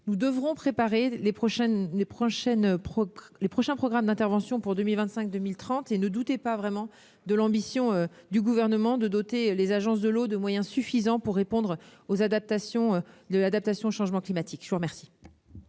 nous devrons préparer les prochains programmes d'intervention 2025-2030 : ne doutez pas de l'ambition du Gouvernement de doter les agences de l'eau de moyens suffisants pour répondre aux enjeux de l'adaptation au changement climatique. Nous sommes